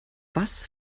was